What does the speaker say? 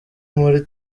muri